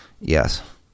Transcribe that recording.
yes